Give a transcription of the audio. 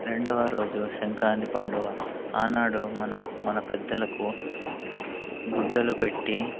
రెండవ రోజు సంక్రాంతి పండుగ ఆనాడు మనం మన పెద్దలకు గుడ్డలు పెట్టి